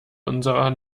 unserer